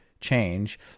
change